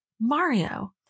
Mario